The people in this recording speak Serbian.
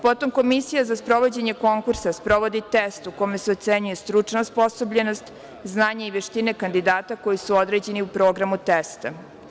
Potom, Komisija za sprovođenje konkursa sprovodi test u kome se ocenjuje stručna osposobljenost, znanje i veštine kandidata koji su određeni u programu testa.